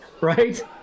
right